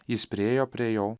jis priėjo prie jo